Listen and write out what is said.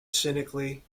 cynically